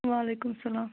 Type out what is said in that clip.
وعلیکُم السلام